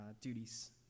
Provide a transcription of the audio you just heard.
duties